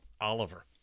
Oliver